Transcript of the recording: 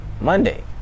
Monday